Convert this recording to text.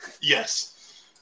Yes